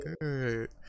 Good